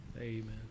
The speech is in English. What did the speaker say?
amen